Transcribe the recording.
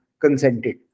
consented